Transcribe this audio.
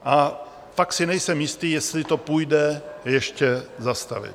A pak si nejsem jistý, jestli to půjde ještě zastavit.